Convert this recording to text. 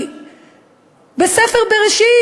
בספר בראשית,